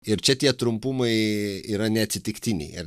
ir čia tie trumpumai yra neatsitiktiniai ar